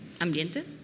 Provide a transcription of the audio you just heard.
ambiente